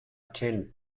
tend